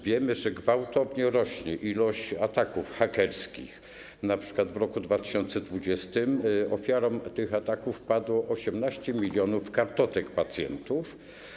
Wiemy, że gwałtownie rośnie ilość ataków hakerskich, na przykład w roku 2020 ofiarą tych ataków padło 18 mln kartotek pacjentów.